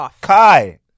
kai